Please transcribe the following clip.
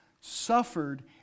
suffered